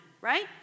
right